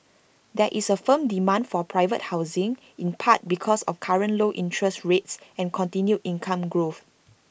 there is firm demand for private housing in part because of current low interest rates and continued income growth